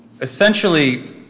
essentially